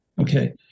Okay